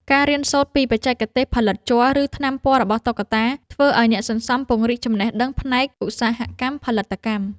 ការរៀនសូត្រពីបច្ចេកទេសផលិតជ័រ ឬថ្នាំពណ៌របស់តុក្កតា ធ្វើឱ្យអ្នកសន្សំពង្រីកចំណេះដឹងផ្នែកឧស្សាហកម្មផលិតកម្ម។